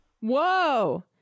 Whoa